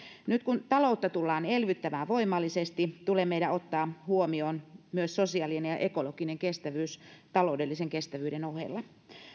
nyt kun taloutta tullaan elvyttämään voimallisesti tulee meidän ottaa huomioon myös sosiaalinen ja ekologinen kestävyys taloudellisen kestävyyden ohella